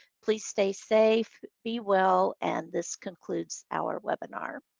please stay safe, be well, and this concludes our webinar.